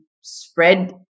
spread